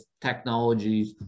technologies